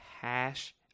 hash